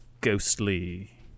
ghostly